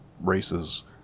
races